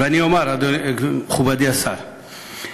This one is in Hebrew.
ואני אומר, מכובדי השר: